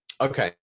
Okay